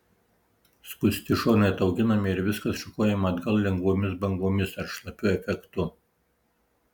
skusti šonai atauginami ir viskas šukuojama atgal lengvomis bangomis ar šlapiu efektu